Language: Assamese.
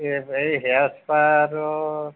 এই হেৰি হেয়াৰ স্পা আৰু